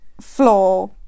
floor